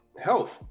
health